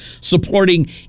supporting